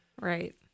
Right